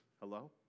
Hello